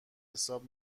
حساب